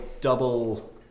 double